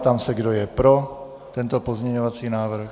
Ptám se, kdo je pro tento pozměňovací návrh.?